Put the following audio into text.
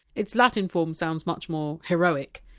its latin form sounds much more superheroic